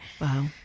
Wow